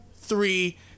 three